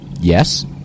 yes